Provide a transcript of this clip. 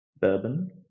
Bourbon